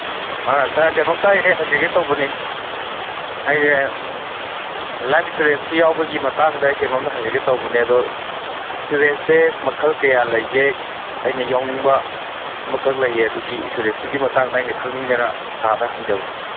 ꯑ ꯁꯥꯔ ꯀꯩꯅꯣꯝꯇ ꯑꯩ ꯍꯪꯖꯒꯦ ꯇꯧꯕꯅꯤ ꯑꯩꯁꯦ ꯂꯥꯏꯞ ꯏꯟꯁꯨꯔꯦꯟꯁꯀꯤ ꯌꯥꯎꯕꯒꯤ ꯃꯇꯥꯡꯗ ꯑꯩ ꯀꯩꯅꯣꯝꯇ ꯍꯪꯖꯒꯦ ꯇꯧꯕꯅꯦ ꯑꯗꯣ ꯏꯟꯁꯨꯔꯦꯟꯁꯁꯦ ꯃꯈꯜ ꯀꯌꯥ ꯂꯩꯕꯒꯦ ꯑꯩꯅ ꯌꯥꯎꯅꯤꯡꯕ ꯑꯃꯈꯛ ꯂꯩꯌꯦ ꯑꯗꯨꯒꯤ ꯏꯟꯁꯨꯔꯦꯟꯁꯇꯨꯒꯤ ꯃꯇꯥꯡꯗ ꯑꯩꯅ ꯈꯪꯅꯤꯡꯗꯅ ꯁꯥꯔꯗ ꯍꯪꯖꯕꯅꯤ